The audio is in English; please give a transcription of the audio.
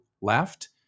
left